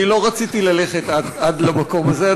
אני לא רציתי ללכת עד למקום הזה,